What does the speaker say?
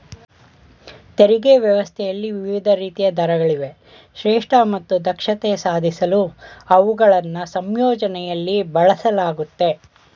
ತೆರಿಗೆ ವ್ಯವಸ್ಥೆಯಲ್ಲಿ ವಿವಿಧ ರೀತಿಯ ದರಗಳಿವೆ ಶ್ರೇಷ್ಠ ಮತ್ತು ದಕ್ಷತೆ ಸಾಧಿಸಲು ಅವುಗಳನ್ನ ಸಂಯೋಜನೆಯಲ್ಲಿ ಬಳಸಲಾಗುತ್ತೆ